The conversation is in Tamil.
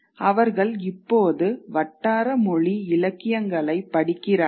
அவர்கள் இப்போது வட்டார மொழி இலக்கியங்களை படிக்கிறார்கள்